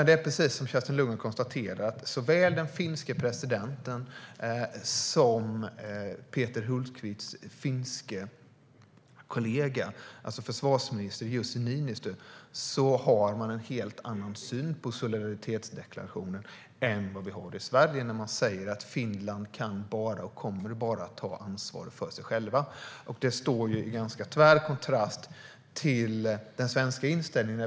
Det är precis som Kerstin Lundgren konstaterar: Såväl den finske presidenten som Peter Hultqvists finske kollega, alltså försvarsminister Jussi Niinistö, har en helt annan syn på solidaritetsdeklarationen än vi har i Sverige. Man säger att Finland bara kan och bara kommer att ta ansvar för sig självt. Det står i ganska bjärt kontrast till den svenska inställningen.